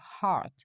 heart